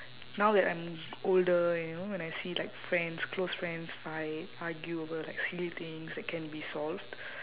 now that I'm older and you know when I see like friends close friends fight argue over like silly things that can be solved